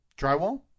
drywall